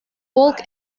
folk